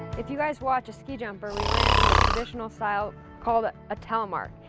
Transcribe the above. if you guys watch a ski jumper, we land in the traditional style called ah a telmark.